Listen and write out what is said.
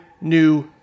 new